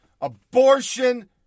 abortion